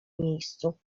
miejscu